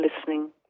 listening